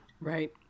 Right